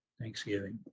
thanksgiving